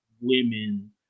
women